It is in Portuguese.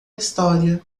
história